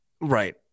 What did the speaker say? Right